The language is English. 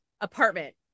apartment